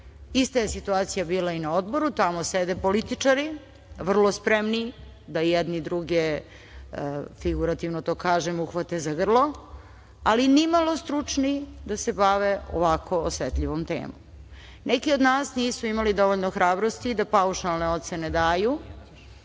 bave. Ista je situacija bila i na odboru. Tamo sede političari, vrlo spremni da jedni druge, figurativno to kažem, uhvate za grlo, ali nimalo stručni da se bave ovako osetljivom temom. Neki od nas nisu imali dovoljno hrabrosti da paušalne ocene daju,